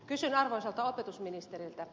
kysyn arvoisalta opetusministeriltä